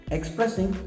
Expressing